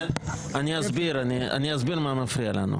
אני אסביר מה מפריע לנו.